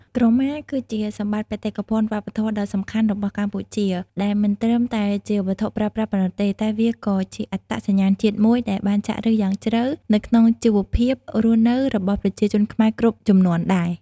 ក្រមា គឺជាសម្បត្តិបេតិកភណ្ឌវប្បធម៌ដ៏សំខាន់របស់កម្ពុជា ដែលមិនត្រឹមតែជាវត្ថុប្រើប្រាស់ប៉ុណ្ណោះទេ តែវាក៏ជាអត្តសញ្ញាណជាតិមួយដែលបានចាក់ឫសយ៉ាងជ្រៅនៅក្នុងជីវភាពរស់នៅរបស់ប្រជាជនខ្មែរគ្រប់ជំនាន់ដែរ។